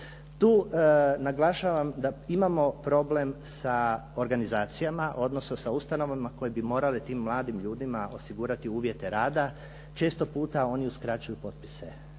Tu naglašavam da imamo problem sa organizacijama odnosno sa ustanovama koje bi morale tim mladim ljudima osigurati uvjete rada. Često puna oni uskraćuju potpise.